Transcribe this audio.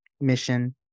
mission